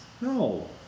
No